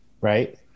Right